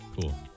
Cool